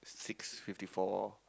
six fifty four